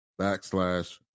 backslash